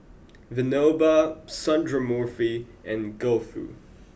Vinoba Sundramoorthy and Gouthu